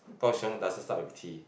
Kaohsiung doesn't start with T